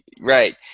Right